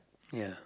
ya